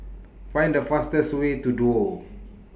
Find The fastest Way to Duo